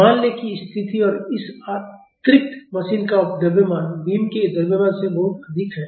मान लें कि स्थिति और इस अतिरिक्त मशीन का द्रव्यमान बीम के द्रव्यमान से बहुत अधिक है